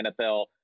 NFL